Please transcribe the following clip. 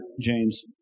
James